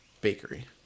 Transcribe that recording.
Bakery